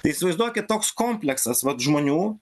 tai įsivaizduokit toks kompleksas vat žmonių